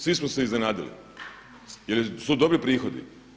Svi smo se iznenadili jer su dobri prihodi.